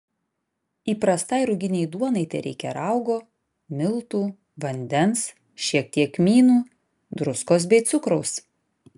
įprastai ruginei duonai tereikia raugo miltų vandens šiek tiek kmynų druskos bei cukraus